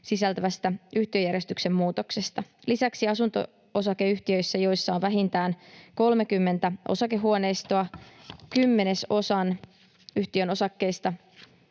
sisältävästä yhtiöjärjestyksen muutoksesta. Lisäksi asunto-osakeyhtiöissä, joissa on vähintään 30 osakehuoneistoa, kymmenesosan yhtiön osakkeista